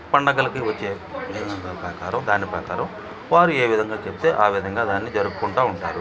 పండగలకి వచ్చే దాని ప్రకారం వారు ఏ విధంగా చెప్తే ఆ విధంగా దాన్ని జరుపుకుంటూ ఉంటారు